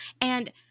And-